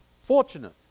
fortunate